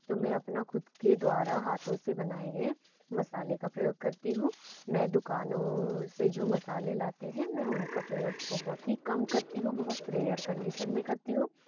तो मैं अपना ख़ुद के द्वारा हाथों से बनाए गए मसाले का प्रयोग करती हूँ मैं दुकानों से जो मसाले लाते हैं मैं उनका प्रयोग बहुत ही कम करती हूँ बहुत रेयर कंडीशन में करती हूँ